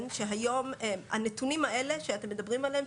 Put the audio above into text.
היום הנתונים האלה שאתם מדברים עליהם,